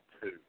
two